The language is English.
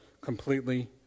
completely